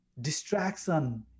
distraction